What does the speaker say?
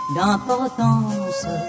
D'importance